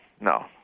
no